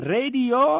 Radio